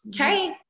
Okay